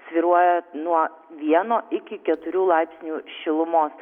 svyruoja nuo vieno iki keturių laipsnių šilumos